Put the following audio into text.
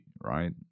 right